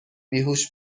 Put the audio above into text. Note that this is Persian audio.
بیهوش